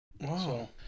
Wow